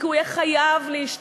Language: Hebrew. כי הוא יהיה חייב להשתנות,